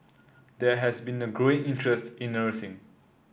there has been a growing interest in nursing